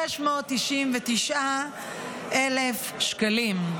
ו-699,000 שקלים.